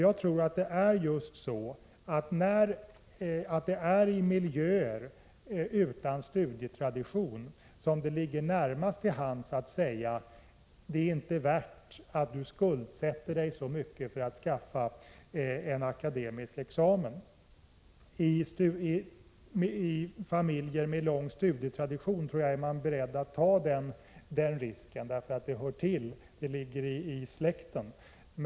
Jag tror att det är i miljöer utan studietradition som det ligger närmast till hands att säga att det inte är värt att skuldsätta sig för att skaffa en akademisk examen. Jag tror att man i familjer med lång studietradition är beredd att ta den risken, eftersom det hör till, det ligger så att säga i släkten.